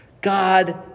God